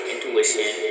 Intuition